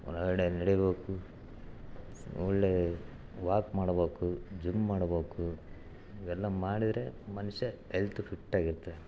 ಹೊರಗಡೆ ನಡೀಬೇಕು ಒಳ್ಳೆಯ ವಾಕ್ ಮಾಡ್ಬೇಕು ಜಿಮ್ ಮಾಡ್ಬೇಕು ಎಲ್ಲ ಮಾಡಿದರೆ ಮನುಷ್ಯ ಎಲ್ತ್ ಫಿಟ್ ಆಗಿ ಇರುತ್ತೆ